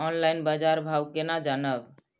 Online बाजार भाव केना जानब?